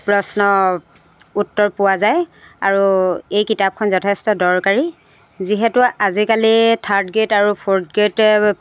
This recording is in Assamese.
প্ৰশ্ন উত্তৰ পোৱা যায় আৰু এই কিতাপখন যথেষ্ট দৰকাৰী যিহেতু আজিকালি থাৰ্ড গ্ৰেড আৰু ফ'ৰ্থ গ্ৰেড